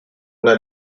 una